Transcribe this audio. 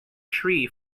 tree